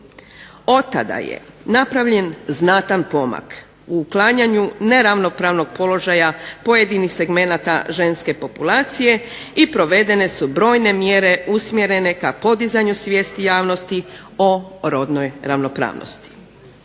tada je napravljen znatan pomak u uklanjanju neravnopravnog položaja pojedinih segmenata ženske populacije i provedene su brojne mjere usmjerene ka podizanju svijesti javnosti o rodnoj ravnopravnosti.